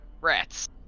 Rats